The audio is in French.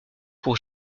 pour